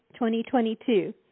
2022